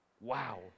Wow